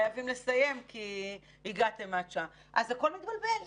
חייבים את הפנים, והוא לא מופיע כאן.